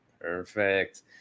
Perfect